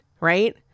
Right